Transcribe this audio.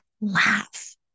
laugh